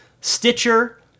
Stitcher